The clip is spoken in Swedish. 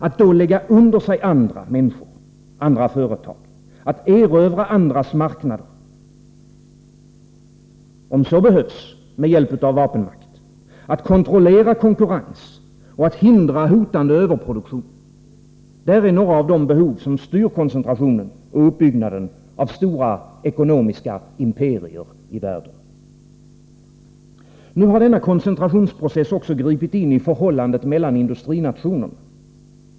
Att då lägga under sig andra människor och företag, att erövra andras marknader, om så behövs med hjälp av vapenmakt, att kontrollera konkurrens och att hindra hotande överproduktion — där är några av de behov som styr koncentrationen och uppbyggnaden av stora ekonomiska imperier i världen. Nu har denna koncentrationsprocess också gripit in i förhållandet mellan industrinationerna.